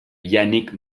yannick